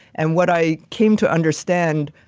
and what i came to understand,